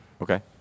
Okay